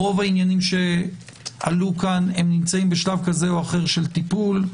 רוב העניינים שעלו כאן נמצאים בשלב כזה או אחר של טיפול.